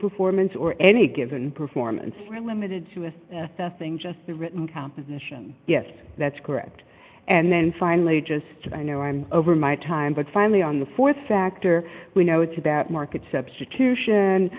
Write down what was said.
performance or any given performance for limited to a thing just the written composition yes that's correct and then finally just i know i'm over my time but finally on the th factor we know it's about market substitution